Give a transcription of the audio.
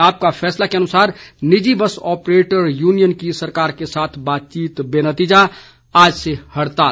आपका फैसला के अनुसार निजी बस ऑपरेटर यूनियन की सरकार के साथ बातचीत बेनतीजा आज से हड़ताल